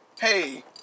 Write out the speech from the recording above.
hey